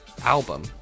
album